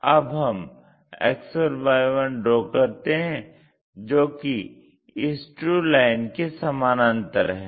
अब हम X1 Y1 draw करते हैं जो कि इस ट्रू लाइन के समानान्तर है